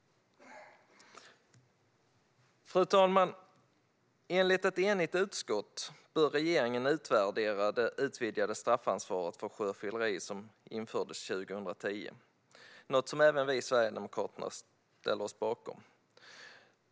Fru talman! Enligt ett enigt utskott bör regeringen utvärdera det utvidgade straffansvar för sjöfylleri som infördes 2010, något som även vi sverigedemokrater ställer oss bakom.